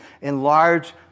enlarge